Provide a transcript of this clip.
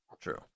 True